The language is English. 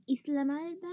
Islamabad